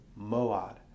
moad